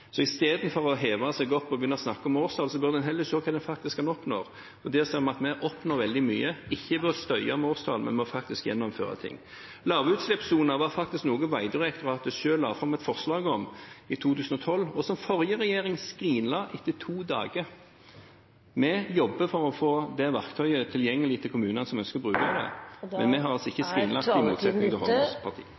Istedenfor å heve seg opp og begynne å snakke om årstall, burde en heller se hva en faktisk oppnår. Da ser en at vi oppnår veldig mye, ikke ved å støye med årstall, men ved faktisk å gjennomføre ting. Lavutslippssoner var noe Vegdirektoratet selv la fram et forslag om i 2012, men som forrige regjering skrinla etter to dager. Vi jobber for å få det verktøyet tilgjengelig for kommuner som ønsker å bruke det, og vi har altså ikke